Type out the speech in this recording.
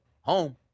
Home